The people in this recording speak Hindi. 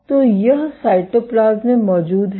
तो यह साइटोप्लाज्म में मौजूद है